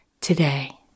today